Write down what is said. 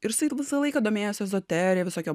ir jisai visą laiką domėjosi izoterija visokia